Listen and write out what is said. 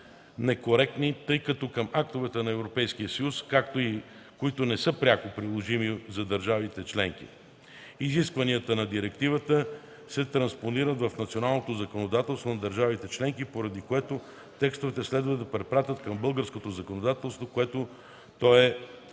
некоректни, тъй като препращат към актове на Европейския съюз, които не са пряко приложими от държавите членки. Изискванията на директива се транспонират в националното законодателство на държавите членки, поради което текстовете следва да препратят към българското законодателство, което ги е